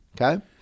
Okay